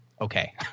okay